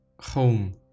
home